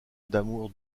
d’amour